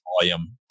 volume